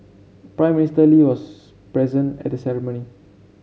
Prime Minister Lee was present at the ceremony